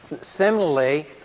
similarly